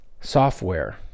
software